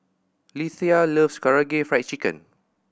Lethia loves Karaage Fried Chicken